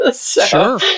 Sure